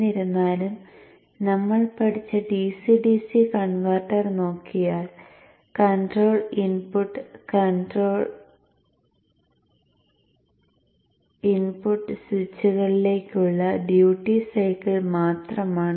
എന്നിരുന്നാലും നമ്മൾ പഠിച്ച DC DC കൺവെർട്ടർ നോക്കിയാൽ കണ്ട്രോൾ ഇൻപുട്ട് സ്വിച്ചുകളിലേക്കുള്ള ഡ്യൂട്ടി സൈക്കിൾ മാത്രമാണ്